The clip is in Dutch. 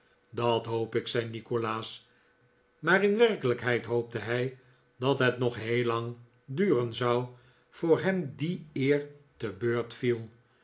dat hoop ik zei nikolaas maar in werkelijkheid hoopte hij dat het nog heel lang duren zou voor hem die eer te beurt viel